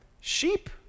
sheep